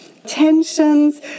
Tensions